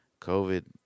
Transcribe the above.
covid